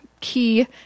key